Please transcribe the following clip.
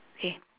K